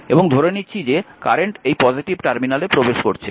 এবং ধরে নিচ্ছি যে কারেন্ট এই পজিটিভ টার্মিনালে প্রবেশ করছে